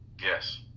Yes